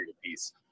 piece